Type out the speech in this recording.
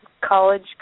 college